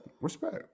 Respect